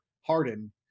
Harden